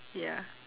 ya